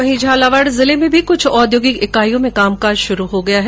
वहीं झालावाड़ जिले में भी कुछ औद्योगिक इकाइयों में भी कामकाज शुरू हो गया है